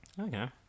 okay